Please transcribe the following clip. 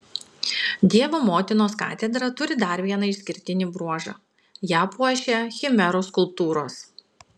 dievo motinos katedra turi dar vieną išskirtinį bruožą ją puošia chimerų skulptūros